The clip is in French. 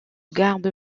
garde